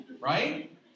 Right